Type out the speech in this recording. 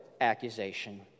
accusation